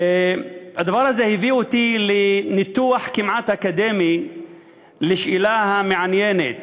הדבר הזה הביא אותי לניתוח כמעט אקדמי של השאלה המעניינת